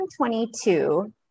2022